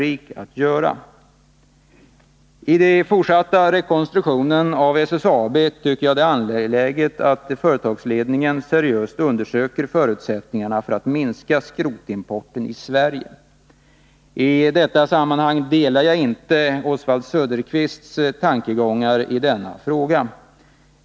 I den fortsatta rekonstruktionen av SSAB tycker jag det är angeläget att företagsledningen seriöst undersöker förutsättningarna för att minska skrotimporten till Sverige. Härvidlag kan jag inte ansluta mig till Oswald Söderqvists tankegångar i denna fråga.